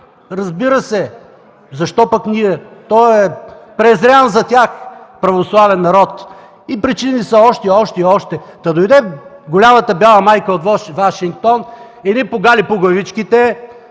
Разбира се, защо пък ние – този презрян за тях православен народ. Причините са още, още и още. Та дойде голямата бяла майка от Вашингтон – едни погали по главичките,